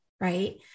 right